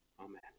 Amen